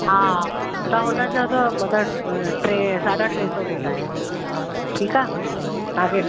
हा त हुन जो त मतिलबु टे साढा टे सौ रेट आहे ठीकु आहे तव्हांखे